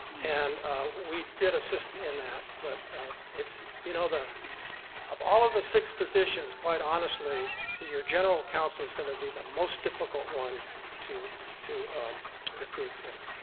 and we did assist in that but it's you know of all of the six positions quite honestly your general counsel is going to be the most difficult one to to recruit for.